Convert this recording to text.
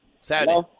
Saturday